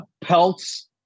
pelts